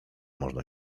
można